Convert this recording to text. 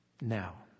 Now